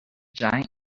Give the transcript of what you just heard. giant